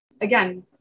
again